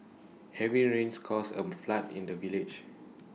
heavy rains caused A flood in the village